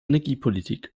energiepolitik